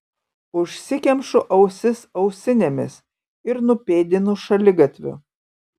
užsikemšu ausis ausinėmis ir nupėdinu šaligatviu